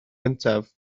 gyntaf